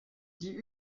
die